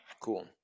Cool